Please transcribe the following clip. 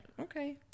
Okay